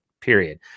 Period